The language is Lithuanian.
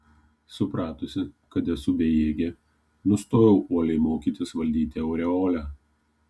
supratusi kad esu bejėgė nustojau uoliai mokytis valdyti aureolę